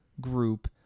group